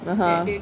(uh huh)